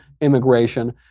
immigration